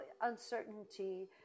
uncertainty